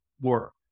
work